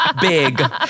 big